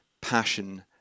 passion